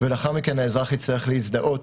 ולאחר מכן האזרח יצטרך להזדהות